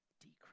decrease